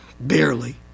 barely